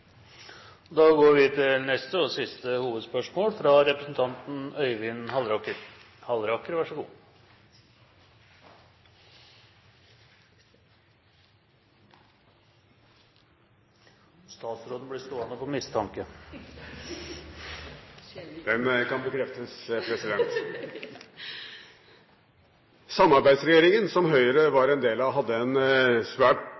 Da går vi til neste og siste hovedspørsmål, fra representanten Øyvind Halleraker. Statsråden blir stående – på ren mistanke. God grunn til mistanke, president. Den kan bekreftes, president. Samarbeidsregjeringen, som Høyre var en del av, hadde en svært